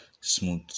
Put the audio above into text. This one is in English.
smooth